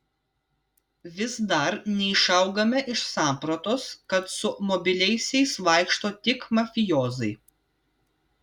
vis dar neišaugame iš sampratos kad su mobiliaisiais vaikšto tik mafijoziai